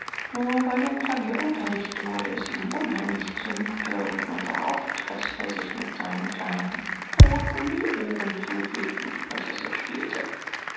nur bei dem klavier unterricht wurde es ihm unheimlich zu muthe und man sah oft daß er sich mit seinen kleinen pfoten die ohren zuhielt wenn die prinzessin spielte